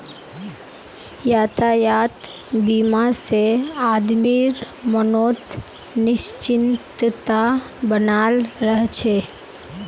यातायात बीमा से आदमीर मनोत् निश्चिंतता बनाल रह छे